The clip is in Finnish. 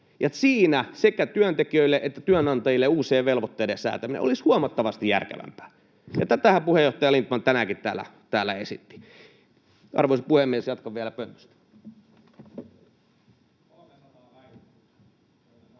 Siinä sekä työntekijöille että työnantajille uusien velvoitteiden säätäminen olisi huomattavasti järkevämpää. Ja tätähän puheenjohtaja Lindtman tänäänkin täällä esitti. — Arvoisa puhemies, jatkan vielä pöntöstä.